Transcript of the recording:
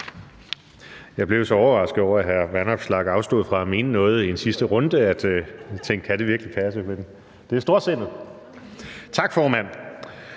Jeg blev overrasket over, at hr. Vanopslagh afstod fra at mene noget i en sidste runde, og jeg tænkte: Kan det virkelig passe? Men det er storsindet. Tak, formand.